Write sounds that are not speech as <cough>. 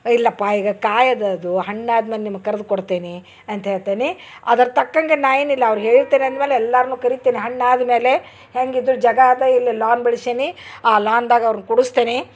ಇಲ್ಲಪ್ಪ ಈಗ ಕಾಯದ ಅದು ಹಣ್ಣಾದ್ಮೆನ ನಿಮಗೆ ಕರೆದು ಕೊಡ್ತೆನಿ ಅಂತ ಹೇಳ್ತೆನಿ ಅದ್ರ ತಕ್ಕಂಗೆ ನಾ ಏನಿಲ್ಲ ಅವ್ರು ಹೇಳಿರ್ತೆನೆ ಅಂದ್ಮ್ಯಾಲೆ ಎಲ್ಲಾರನ್ನು ಕರಿತಿನಿ ಹಣ್ಣು ಆದ್ಮ್ಯಾಲೆ ಹೇಗಿದ್ರು ಜಗ ಅದ ಇಲ್ಲಿಲ್ಲ <unintelligible> ಬಿಡ್ಶೆನಿ ಆ <unintelligible> ಅವ್ರನ್ನ ಕೊಡಿಸ್ತೆನಿ